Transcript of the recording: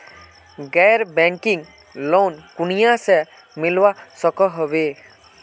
गैर banking loan कुनियाँ से मिलवा सकोहो होबे?